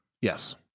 Yes